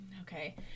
Okay